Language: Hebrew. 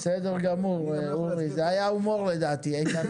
בסדר גמור אורי, זה היה הומור לדעתי.